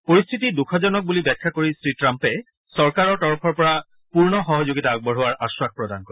পৰিস্থিতি দৃখজনক বুলি ব্যাখ্যা কৰি শ্ৰী টাম্পে চৰকাৰৰ তৰফৰ পৰা পূৰ্ণ সহযোগিতা আগবঢ়োৱাৰ আশ্বাস প্ৰদান কৰে